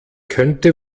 könnte